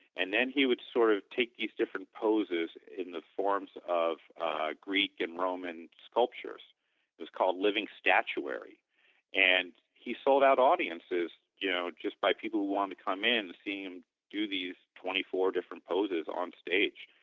and then he would sort of take these different poses in the forms of greek and roman sculptures, it was called living statuary and he sold out audiences you know just by people who want to come in seeing him do these twenty four different poses on stage.